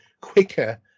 quicker